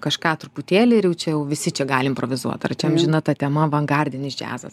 kažką truputėlį ir jau čia jau visi čia gali improvizuot ar čia amžina ta tema avangardinis džiazas